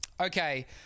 Okay